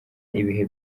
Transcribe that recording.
ibihe